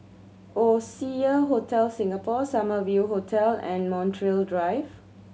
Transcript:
Oasia Hotel Singapore Summer View Hotel and Montreal Drive